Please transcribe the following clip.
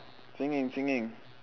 singing singing